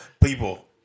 People